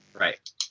right